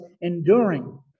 enduring